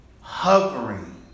hovering